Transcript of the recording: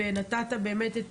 ונתת באמת את